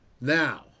Now